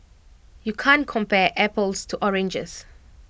you can't compare apples to oranges